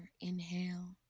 inhale